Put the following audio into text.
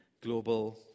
global